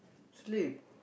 sleep